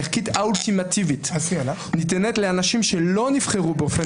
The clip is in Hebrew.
חברי חבר הכנסת גלעד קריב וחברי חבר הכנסת יואב